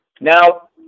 Now